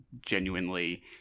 genuinely